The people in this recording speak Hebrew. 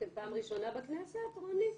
אתם פעם ראשונה בכנסת, רוני?